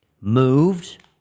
moved